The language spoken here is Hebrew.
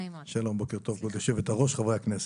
שלום, בוקר טוב כבוד יושבת הראש וחברי הכנסת.